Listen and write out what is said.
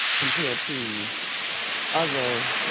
compared to other